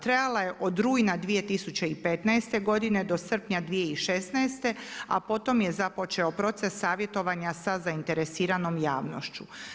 Trajala je od rujna 2015. godine do srpnja 2016. a potom je započeo proces savjetovanja sa zainteresiranom javnošću.